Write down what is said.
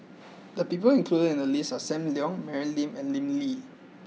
the people included in the list are Sam Leong Mary Lim and Lim Lee